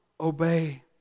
obey